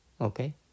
Okay